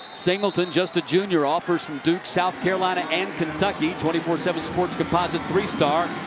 singleton, just a junior. offers from duke, south carolina and kentucky. twenty four seven sports composite three star.